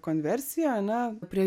konversiją ane prie